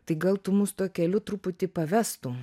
tai gal tu mus tuo keliu truputį pavestum